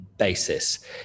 Basis